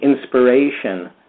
inspiration